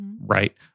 Right